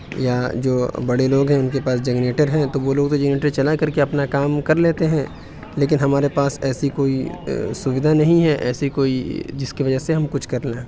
یا جو بڑے لوگ ہیں اِن کے پاس جگنیٹر ہیں تو وہ لوگ تو جگنیٹر چلا کر کے اپنا کام کر لیتے ہیں لیکن ہمارے پاس ایسی کوئی سویدھا نہیں ہے ایسی کوئی جس کی وجہ سے ہم کچھ کر لیں